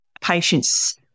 patients